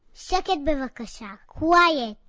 sheket bevakasha! quiet!